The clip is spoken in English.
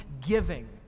giving